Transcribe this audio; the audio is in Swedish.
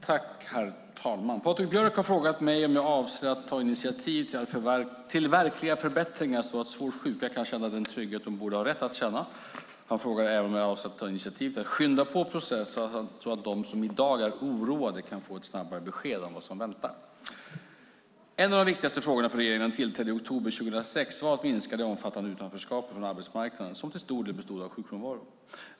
Herr talman! Patrik Björck har frågat mig om jag avser att ta initiativ till verkliga förbättringar så att svårt sjuka kan känna den trygghet de borde ha rätt att känna. Han frågar även om jag avser att ta initiativ till att skynda på processen så att de som i dag är oroade kan få ett snabbare besked om vad som väntar. En av de viktigaste frågorna för regeringen när den tillträdde i oktober 2006 var att minska det omfattande utanförskapet från arbetsmarknaden som till stor del bestod av sjukfrånvaro.